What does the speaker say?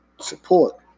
support